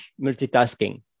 multitasking